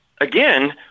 again